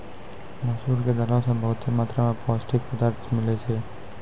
मसूर के दालो से बहुते मात्रा मे पौष्टिक पदार्थ मिलै छै